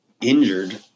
injured